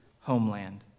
homeland